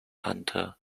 under